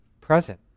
present